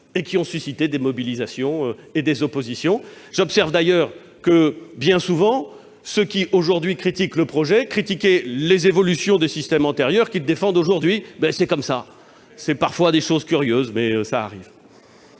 et qui ont suscité des mobilisations et des oppositions. J'observe d'ailleurs que, bien souvent, ceux qui, aujourd'hui, critiquent le projet critiquaient les évolutions des systèmes antérieurs qu'ils défendent aujourd'hui. C'est ainsi ! Ces choses curieuses arrivent